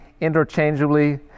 interchangeably